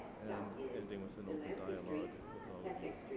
and ending with an open dialogue with all of you.